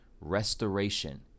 restoration